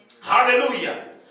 Hallelujah